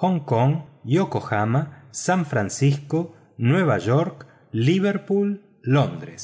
hong kong yokohama san francisco nueva york liverpool londres